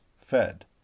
fed